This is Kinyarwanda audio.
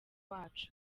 wacu